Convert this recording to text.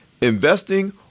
investing